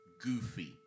goofy